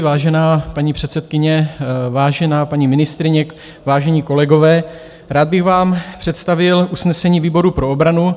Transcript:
Vážená paní předsedkyně, vážená paní ministryně, vážení kolegové, rád bych vám představil usnesení výboru pro obranu.